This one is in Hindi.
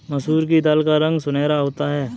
मसूर की दाल का रंग सुनहरा होता है